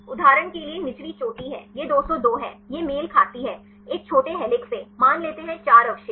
उदाहरण के लिए निचली चोटी है यह 202 है यह मेल खाती है एक छोटे हेलिक्स से मान लेते है 4 अवशेष